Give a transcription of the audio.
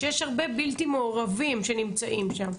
שיש הרבה בלתי מעורבים שנמצאים שם,